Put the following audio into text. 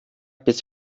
bis